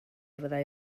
fyddai